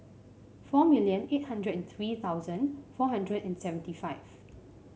four million eight hundred and three thousand four hundred and seventy five